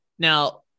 Now